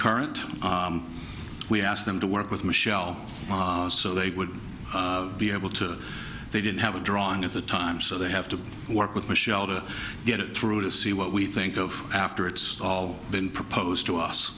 current we asked them to work with michelle so they would be able to they didn't have a drawing at the time so they have to work with michelle to get it through to see what we think of after it's all been proposed to us